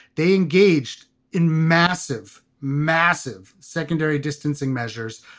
they engaged in massive, massive secondary distancing measures,